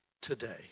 today